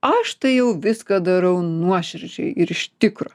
aš tai jau viską darau nuoširdžiai ir iš tikro